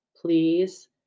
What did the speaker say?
please